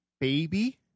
baby